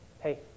Hey